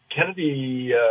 Kennedy